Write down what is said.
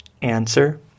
Answer